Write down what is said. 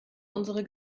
unsere